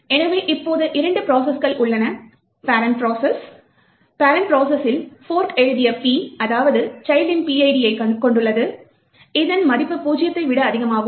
எனவே இப்போது இரண்டு ப்ரோசஸ்கள் உள்ளன ப்ரெண்ட் ப்ரோசஸில் ஃபோர்க் எழுதிய P அதாவது சைல்ட்டின் PID யைக் கொண்டுள்ளது இதன் மதிப்பு பூஜ்ஜியத்தை விட அதிகமாகும்